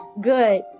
good